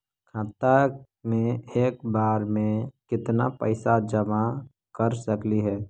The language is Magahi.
खाता मे एक बार मे केत्ना पैसा जमा कर सकली हे?